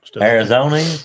Arizona